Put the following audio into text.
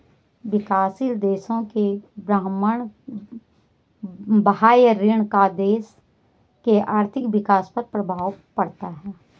विकासशील देशों के बाह्य ऋण का देश के आर्थिक विकास पर प्रभाव पड़ता है